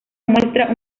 muestra